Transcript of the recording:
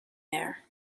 there